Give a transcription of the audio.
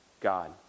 God